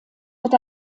wird